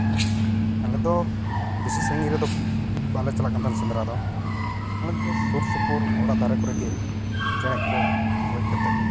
ᱟᱞᱮ ᱫᱚ ᱵᱮᱥᱤ ᱥᱟᱺᱜᱤᱧ ᱨᱮᱫᱚ ᱵᱟᱞᱮ ᱪᱟᱞᱟᱜ ᱠᱟᱱ ᱛᱟᱦᱮᱸᱫ ᱥᱮᱸᱫᱽᱨᱟ ᱫᱚ ᱟᱞᱮ ᱫᱚ ᱥᱩᱨᱼᱥᱩᱯᱩᱨ ᱚᱲᱟᱜ ᱫᱷᱟᱨᱮ ᱠᱚᱨᱮ ᱜᱮ ᱪᱮᱬᱮ ᱠᱚ ᱜᱚᱡ ᱠᱟᱛᱮᱫ ᱜᱮ